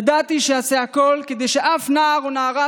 ידעתי שאעשה הכול כדי שאף נער או נערה